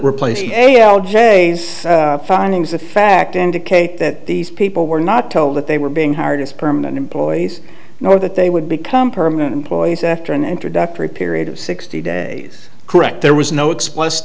replaced a l j findings of fact indicate that these people were not told that they were being hired as permanent employees nor that they would become permanent employees after an introductory period of sixty days correct there was no explicit